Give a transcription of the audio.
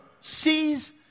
sees